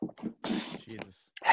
Jesus